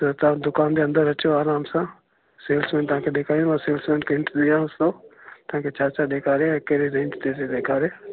त तव्हां दुकान ते अंदरि अचो आराम सां सेल्समैन तव्हां खे ॾेखारियूं आहे सेल्समैन ॾेखारियूं असां तव्हां खे छा छा ॾेखारे ऐं कहिड़े रेंज ताईं ॾेखारे